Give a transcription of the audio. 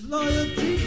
Loyalty